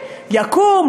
יקום,